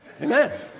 Amen